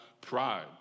pride